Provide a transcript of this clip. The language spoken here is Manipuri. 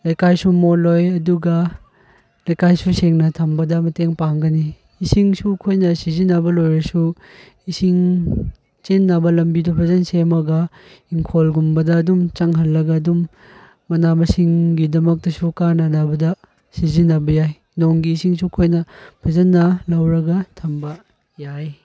ꯂꯩꯀꯥꯏꯁꯨ ꯃꯣꯠꯂꯣꯏ ꯑꯗꯨꯒ ꯂꯩꯀꯥꯏꯁꯨ ꯁꯦꯡꯅ ꯊꯝꯕꯗ ꯃꯇꯦꯡ ꯄꯥꯡꯒꯅꯤ ꯏꯁꯤꯡꯁꯨ ꯑꯩꯈꯣꯏꯅ ꯁꯤꯖꯤꯟꯅꯕ ꯂꯣꯏꯔꯁꯨ ꯏꯁꯤꯡ ꯆꯦꯟꯅꯕ ꯂꯝꯕꯤꯗ ꯐꯖꯟꯅ ꯁꯦꯝꯃꯒ ꯏꯪꯡꯈꯣꯜꯒꯨꯝꯕꯗ ꯑꯗꯨꯝ ꯆꯪꯍꯜꯂꯒ ꯑꯗꯨꯝ ꯃꯅꯥ ꯃꯁꯤꯡꯒꯤ ꯗꯃꯛꯇꯁꯨ ꯀꯥꯟꯅꯕꯗ ꯁꯤꯖꯤꯟꯅꯕ ꯌꯥꯏ ꯅꯣꯡꯒꯤ ꯏꯁꯤꯡꯁꯨ ꯑꯩꯈꯣꯏꯅ ꯐꯖꯅ ꯂꯧꯔꯒ ꯊꯝꯕ ꯌꯥꯏ